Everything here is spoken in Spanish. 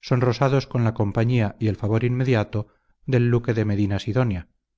sonrosados con la compañía y el favor inmediato del duque de